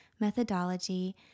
methodology